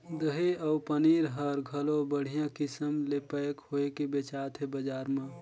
दही अउ पनीर हर घलो बड़िहा किसम ले पैक होयके बेचात हे बजार म